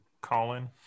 Colin